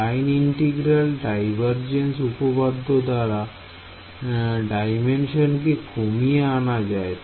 line integral divergence উপপাদ্য দ্বারা ডাইমেনশনকে কমিয়ে আনা যায়